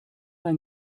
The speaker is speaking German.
ein